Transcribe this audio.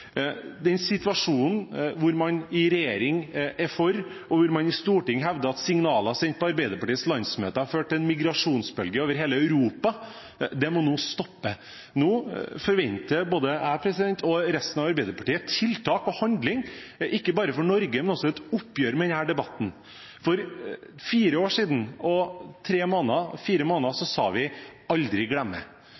Den situasjonen hvor man i regjering er for, og hvor man i Stortinget hevder at signaler sendt på Arbeiderpartiets landsmøte førte til en migrasjonsbølge over hele Europa, må nå stoppe. Nå forventer både jeg og resten av Arbeiderpartiet tiltak og handling – ikke bare for Norge, men også et oppgjør med denne debatten. For fire år og fire måneder siden sa vi «aldri glemme».